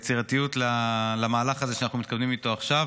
לגבי הפיצול שהעברנו עכשיו,